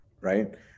right